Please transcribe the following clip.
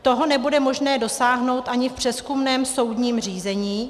Toho nebude možné dosáhnout ani v přezkumném soudním řízení.